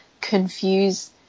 confuse